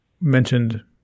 mentioned